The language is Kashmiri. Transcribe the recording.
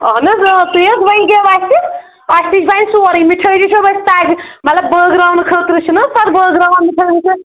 اَہن حظ اۭں تُہۍ حظ ؤنزیٚو اسہِ اَسہِ نِش بَنہِ سورُے مِٹھٲے تہِ چھو اسہِ تَگہِ مطلب بٲگراونہٕ خٲطرٕ چھِنہٕ حظ پَتہٕ بٲگراون مِٹھٲے وِٹھاے